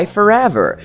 Forever